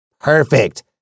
Perfect